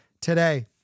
today